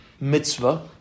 mitzvah